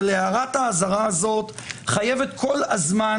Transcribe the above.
אבל הערת האזהרה הזאת חייבת כל הזמן